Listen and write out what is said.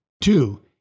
two